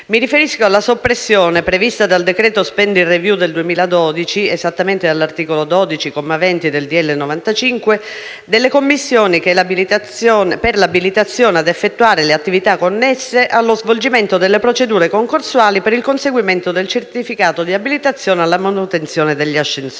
Mi riferisco alla soppressione - prevista dal decreto *spending review* del 2012, esattamente dall'articolo 12, comma 20 del decreto-legge n. 95 - delle commissioni per l'abilitazione ad effettuare le attività connesse allo svolgimento delle procedure concorsuali per il conseguimento del certificato di abilitazione alla manutenzione di ascensori